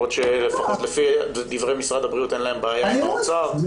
למרות שלפחות לפי דברי משרד הבריאות אין להם בעיה עם האוצר.